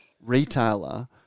retailer